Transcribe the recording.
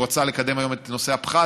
והוא רצה לקדם היום את נושא הפחת,